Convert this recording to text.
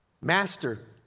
Master